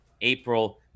april